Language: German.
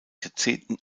jahrzehnten